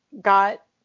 got